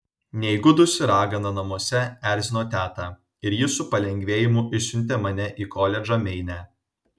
neįgudusi ragana namuose erzino tetą ir ji su palengvėjimu išsiuntė mane į koledžą meine